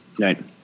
Right